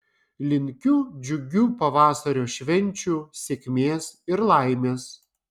linkiu džiugių pavasario švenčių sėkmės ir laimės